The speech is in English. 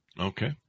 Okay